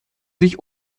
sich